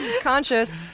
Conscious